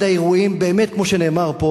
אחד האירועים, באמת כמו שאמר פה